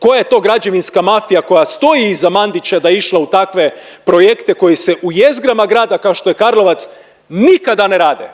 koja je to građevinska mafija koja stoji iza Mandića da je išla u takve projekte koji se u jezgrama grada kao što je Karlovac nikada ne rade,